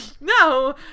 no